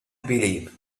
believe